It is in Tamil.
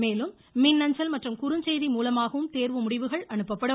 மேலும் மின்னஞ்சல் மற்றும் குறுஞ்செய்தி மூலமாகவும் தேர்வு முடிவுகள் அனுப்பப்படும்